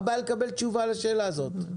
מה הבעיה לקבל תשובה לשאלה הזאת?